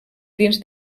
dins